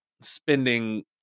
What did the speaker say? spending